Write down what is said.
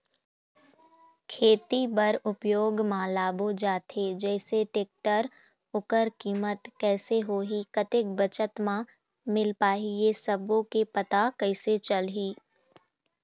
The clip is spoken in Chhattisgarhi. खेती बर उपयोग मा लाबो जाथे जैसे टेक्टर ओकर कीमत कैसे होही कतेक बचत मा मिल पाही ये सब्बो के पता कैसे चलही?